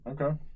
Okay